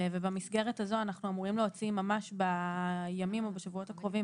במסגרת הזאת אנחנו אמורים להוציא בימים או בשבועות הקרובים